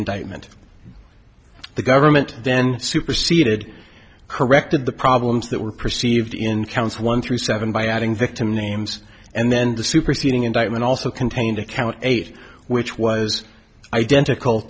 indictment the government then superseded corrected the problems that were perceived in counts one through seven by adding victim names and then the superseding indictment also contained a count eight which was identical